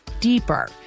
deeper